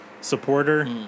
supporter